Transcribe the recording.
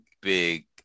big